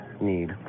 need